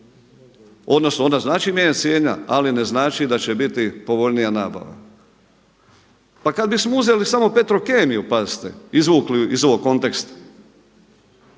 odnosno ona znači mijenjanje cijena, ali ne znači da će biti povoljnija nabava. Pa kad bismo uzeli samo Petrokemiju, pazite izvukli iz ovog konteksta